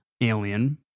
Alien